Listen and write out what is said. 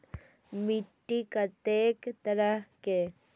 मिट्टी कतेक तरह के?